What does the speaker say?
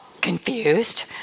confused